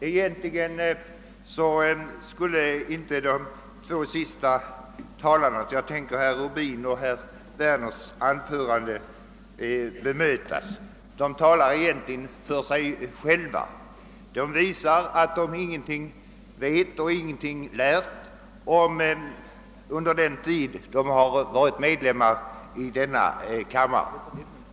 Egentligen skulle inte de två sista talarnas — jag tänker på herr Rubins och herr Werners — anföranden bemötas. De talar egentligen för sig själva. De visar att de ingenting vet och ingenting lärt under den tid de varit medlemmar av denna kammare.